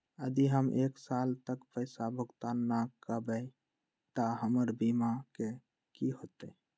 यदि हम एक साल तक पैसा भुगतान न कवै त हमर बीमा के की होतै?